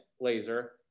laser